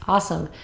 awesome.